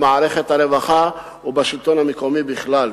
במערכת הרווחה ובשלטון המקומי בכלל.